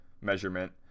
measurement